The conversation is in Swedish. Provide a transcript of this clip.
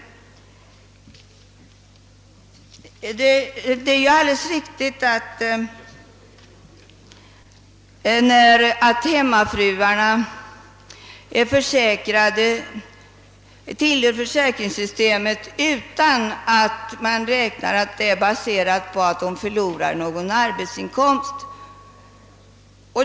Hemmafruarna är, såsom alldeles riktigt har påpekats, inplacerade i försäkringssystemet utan att man räknar med att de kan förlora någon arbetsinkomst.